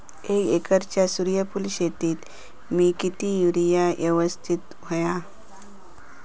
एक एकरच्या सूर्यफुल शेतीत मी किती युरिया यवस्तित व्हयो?